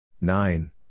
Nine